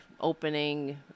opening